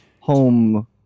home